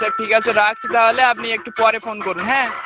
আচ্ছা ঠিক আছে রাখছি তাহলে আপনি একটু পরে ফোন করুন হ্যাঁ